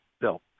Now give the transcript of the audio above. Bill